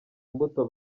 imbuto